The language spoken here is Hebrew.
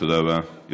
תודה רבה, אדוני.